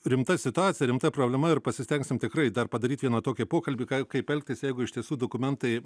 rimta situacija rimta problema ir pasistengsim tikrai dar padaryt vieną tokį pokalbį ką kaip elgtis jeigu iš tiesų dokumentai